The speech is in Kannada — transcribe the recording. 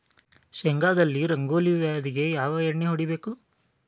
ಶೇಂಗಾದಲ್ಲಿ ರಂಗೋಲಿ ವ್ಯಾಧಿಗೆ ಯಾವ ಎಣ್ಣಿ ಹೊಡಿಬೇಕು?